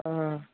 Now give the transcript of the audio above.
ആ